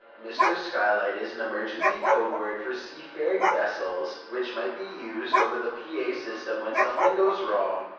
mr. skylight is an emergency code word for seafaring vessels, which might be used over the p a. system when something goes wrong.